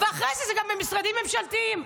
ואחרי זה זה גם במשרדים ממשלתיים.